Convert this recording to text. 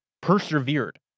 persevered